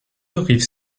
rief